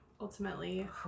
ultimately